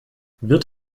wird